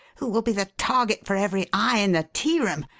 who will be the target for every eye in the tearoom,